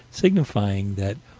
signifying that,